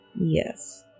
Yes